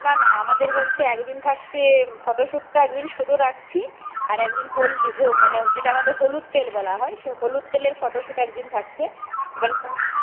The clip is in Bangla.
না না আমাদের হচ্ছে এক দিন থাকছে ফটো শ্যুটটা এক দিন শুধু রাখছি আর এক দিন হলদি মানে যেটা আমাদের হলুদ তেল বলা হয় সেই হলুদ তেলের ফটো শ্যুট এক দিন থাকছে এবার